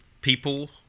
people